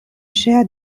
ŝia